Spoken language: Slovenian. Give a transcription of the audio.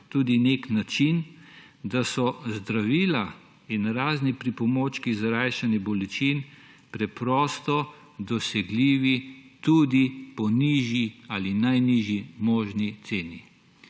tudi nek način, da so zdravila in razni pripomočki za lajšanje bolečin preprosto dosegljivi tudi po nižji ali najnižji možni ceni.